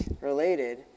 related